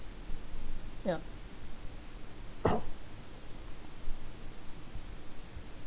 ya